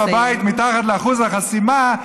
וכשתשב בבית מתחת לאחוז החסימה,